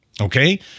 Okay